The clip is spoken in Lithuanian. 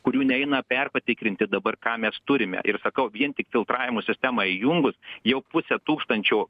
kurių neina perpatikrinti dabar ką mes turime ir sakau vien tik filtravimo sistemą įjungus jau pusė tūkstančio